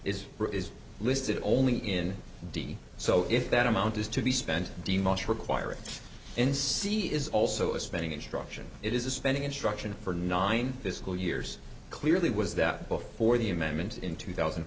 is is listed only in d c so if that amount is to be spent do you most require it in c is also a spending instruction it is a spending instruction for nine fiscal years clearly was that before the amendments in two thousand and